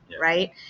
right